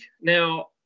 now